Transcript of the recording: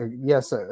Yes